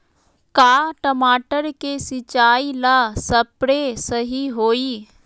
का टमाटर के सिचाई ला सप्रे सही होई?